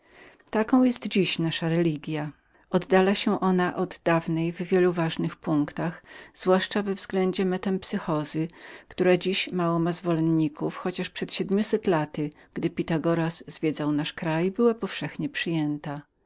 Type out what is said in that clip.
taką jest dziś nasza religia oddala się ona od dawnej w wielu ważnych punktach zwłaszcza we względzie metampsykosy która dziś mało ma zwolenników chociaż przed siedmiąset laty gdy pytagoras zwiedzał nasz kraj była powszechnie przyjętą